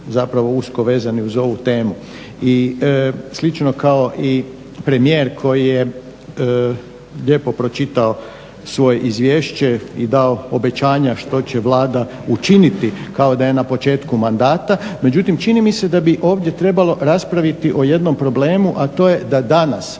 učiniti kao da je na početku mandata